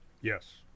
Yes